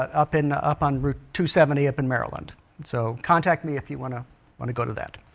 up in up on route to seventy up in maryland so contact me if you want to want to go to that